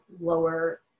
lower